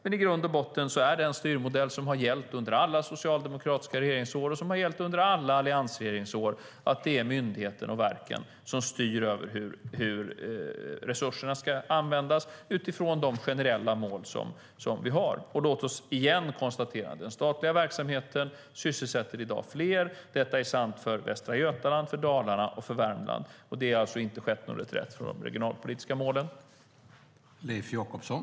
I grund och botten är dock den styrmodell som har gällt under alla socialdemokratiska regeringsår och under alla alliansregeringsår att det är myndigheterna och verken som styr över hur resurserna ska användas - utifrån de generella mål vi har. Låt oss återigen konstatera att den statliga verksamheten i dag sysselsätter fler. Detta är sant för Västra Götaland, Dalarna och Värmland. Det har alltså inte skett någon reträtt från de regionalpolitiska målen.